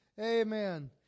Amen